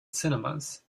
cinemas